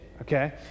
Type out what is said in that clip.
okay